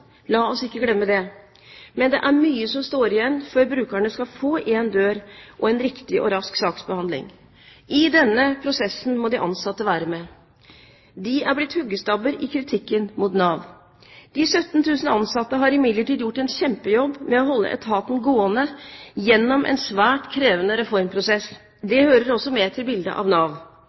La oss ikke glemme det. Men det er mye som står igjen før brukerne skal få én dør og en riktig og rask saksbehandling. I denne prosessen må de ansatte være med. De er blitt huggestabber i kritikken mot Nav. De 17 000 ansatte har imidlertid gjort en kjempejobb med å holde etaten gående gjennom en svært krevende reformprosess. Det hører også med til bildet av Nav.